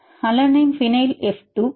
alanine phenyl F 2